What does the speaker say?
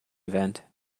event